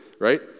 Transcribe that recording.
right